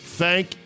Thank